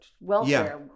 welfare